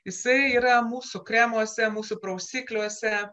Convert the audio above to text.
jisai yra mūsų kremuose mūsų prausikliuose